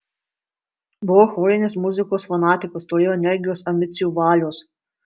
buvau chorinės muzikos fanatikas turėjau energijos ambicijų valios